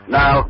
Now